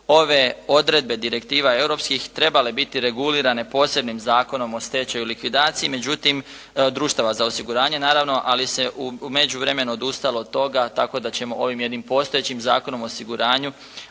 ove odredbe direktiva europskih trebale biti regulirane posebnim zakonom o stečaju i likvidaciji, međutim, društava za osiguranje naravno, ali se u međuvremenu odustalo od toga, tako da ćemo ovim jednim postojećim Zakonom o osiguranju,